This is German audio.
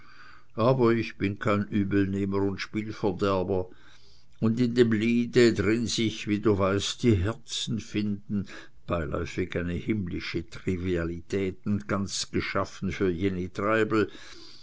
aber ich bin kein übelnehmer und spielverderber und in dem liede drin sich wie du weißt die herzen finden beiläufig eine himmlische trivialität und ganz wie geschaffen für jenny treibel